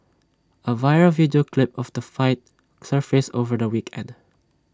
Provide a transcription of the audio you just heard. A viral video clip of the fight surfaced over the weekend